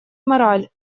мораль